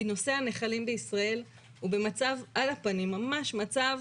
כי נושא המכלים בישראל הוא במצב על הפנים ממש מצב